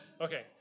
Okay